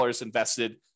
invested